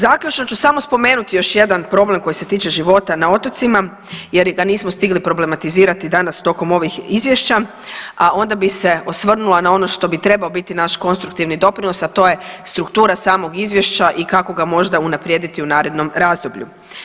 Zaključno ću samo spomenuti još jedan problem koji se tiče života na otocima jer ga nismo stigli problematizirati danas tokom ovih izvješća, a onda bi se osvrnula na ono što bi trebao biti naš konstruktivni doprinos, a to je struktura samog izvješća i kako ga možda unaprijediti u narednom razdoblju.